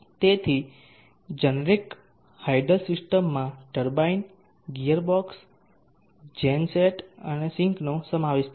તેથી generic hydel સિસ્ટમમાં turbine gear box gen set અને સિંકનો સમાવેશ થાય છે